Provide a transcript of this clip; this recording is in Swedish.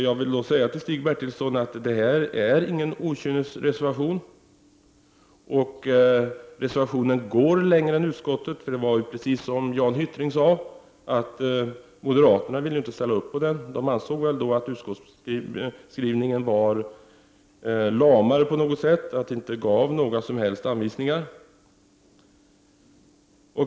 Jag vill därför säga till Stig Bertilsson att detta inte är någon okynnesreservation. Reservationen går också längre än utskottets skrivning. Det är precis som Jan Hyttring sade, nämligen att moderaterna inte ville ställa upp bakom reservationen; de ansåg väl att utskottsskrivningen var lamare på något sätt och inte gav några som helst anvisningar.